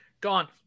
gone